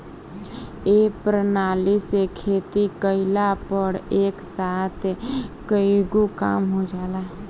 ए प्रणाली से खेती कइला पर एक साथ कईगो काम हो जाला